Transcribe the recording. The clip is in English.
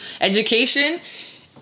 education